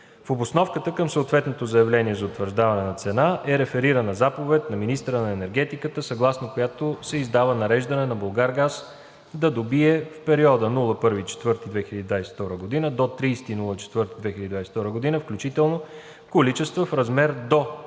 В обосновката към съответното заявление за утвърждаване на цена е реферирана заповед на министъра на енергетиката, съгласно която се издава нареждане на „Булгаргаз“ да добие в периода от 1 април до 30 април 2022 г. включително количества в размер до 717